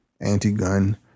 anti-gun